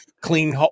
clean